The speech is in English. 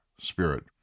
spirit